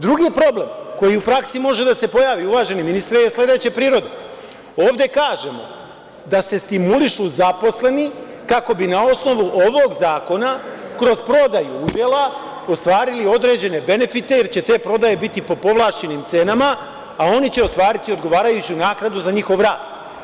Drugi problem, koji u praksi može da se pojavi, uvaženi ministre, je sledeće prirode, ovde kažemo da se stimulišu zaposleni, kako bi na osnovu ovog zakona, kroz prodaju udela, ostvarili određene benifite, jer će te prodaje biti po povlašćenim cenama, a oni će ostvariti odgovarajuću naknadu za njihov rad.